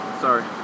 Sorry